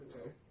Okay